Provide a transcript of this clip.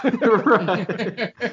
Right